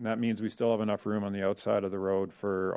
that means we still have enough room on the outside of the road for